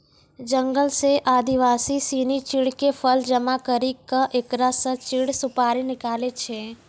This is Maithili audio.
जंगल सॅ आदिवासी सिनि चीड़ के फल जमा करी क एकरा स चीड़ सुपारी निकालै छै